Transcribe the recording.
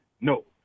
No